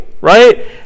Right